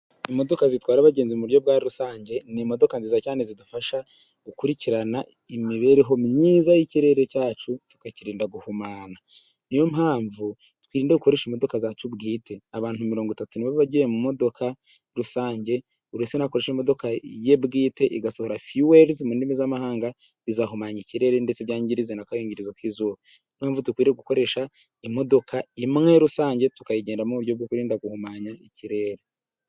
Imodoka zitwara abagenzi mu buryo bwa rusange ni imodoka nziza cyane zidufasha gukurikirana imibereho myiza y'ikirere cyacu, tukakirinda guhumana ni yo mpamvu twirinda gukoresha imodoka zacu bwite. Abantu mirongo itatu niba bagiye mu modoka rusange, buri wese nakoresha imodoka ye bwite igasohora fiwelizi mu ndimi z'amahanga bizahumanya ikirere, ndetse byangirize n'akayungirizo k'izuba, ni yo mpamvu dukwiriye gukoresha imodoka imwe rusange tukayigendamo mu buryo bwo kwirinda guhumanya ikirere.